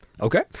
Okay